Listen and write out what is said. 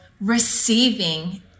receiving